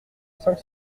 cinq